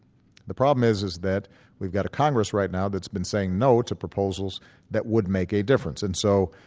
the problem is is that we've got a congress right now that's been saying no to proposals that would make a difference. and so,